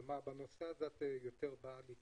כלומר, את באה יותר לקראת